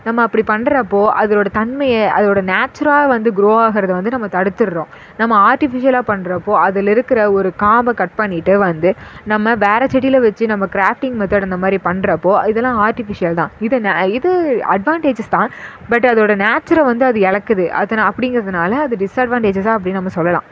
நம்ம அப்படி பண்ணுறப்போ அதோட தன்மையை அதோட நேச்சுரா வந்து க்ரோ ஆகுறது வந்து நம்ம தடுத்துடுறோம் நம்ம ஆர்ட்டிஃபிஷியலாக பண்ணுறப்போ அதில் இருக்கிற ஒரு காம்பை கட் பண்ணிட்டு வந்து நம்ம வேற செடியில வச்சு நம்ம கிராஃபிங் மெத்தட் அந்தமாதிரி பண்ணுறப்போ இதெல்லாம் ஆர்ட்டிஃபிஷியல் தான் இது நே இது அட்வான்டேஜ்ஜஸ் தான் பட் அதோட நேச்சுரல் வந்து அது இழக்குது அதனால் அப்படிங்கிறதனால அது டிஸ்அட்வான்டேஜஸ்ஸா அப்படி நாம சொல்லலாம்